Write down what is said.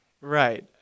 Right